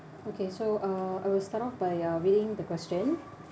okay so uh I will start off by uh reading the question